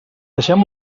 deixem